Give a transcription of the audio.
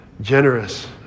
Generous